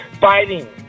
fighting